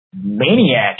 maniac